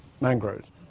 mangroves